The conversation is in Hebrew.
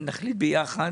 נחליט ביחד,